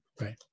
right